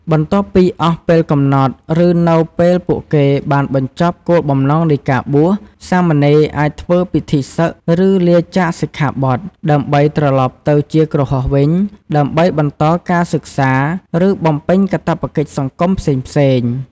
បន្ទាប់ពីអស់ពេលកំណត់ ឬនៅពេលពួកគេបានបញ្ចប់គោលបំណងនៃការបួស សាមណេរអាចធ្វើពិធីសឹក ឬលាចាកសិក្ខាបទ ដើម្បីត្រឡប់ទៅជាគ្រហស្ថវិញ ហើយបន្តការសិក្សា ឬបំពេញកាតព្វកិច្ចសង្គមផ្សេងៗ។